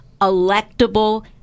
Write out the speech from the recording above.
electable